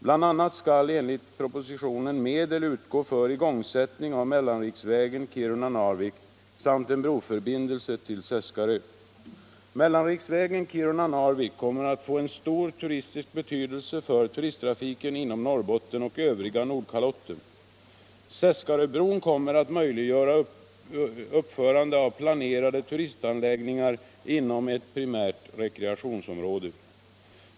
Bland annat skall enligt propositionen medel utgå för igångsättning av mellanriksvägen Kiruna-Narvik samt en broförbindelse till Seskarö. Mellanriksvägen Kiruna-Narvik kommer att få en stor turistisk betydelse för turisttrafiken inom Norrbotten och övriga Nordkalotten. Seskaröbron kommer att möjliggöra uppförandet av planerade turistanläggningar inom ett primärt rekreationsområde.